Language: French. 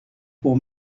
pour